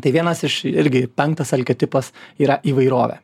tai vienas iš irgi penktas alkio tipas yra įvairovė